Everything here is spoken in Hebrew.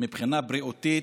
מבחינה בריאותית,